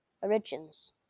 Origins